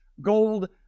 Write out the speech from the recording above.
gold